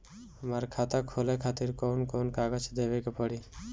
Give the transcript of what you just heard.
हमार खाता खोले खातिर कौन कौन कागज देवे के पड़ी?